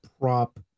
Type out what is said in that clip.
prop